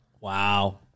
Wow